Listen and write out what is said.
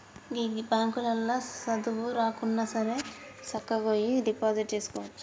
గీ బాంకులల్ల సదువు రాకున్నాసరే సక్కగవోయి డిపాజిట్ జేసుకోవచ్చు